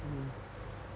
mm